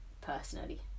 personally